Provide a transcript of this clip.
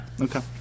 Okay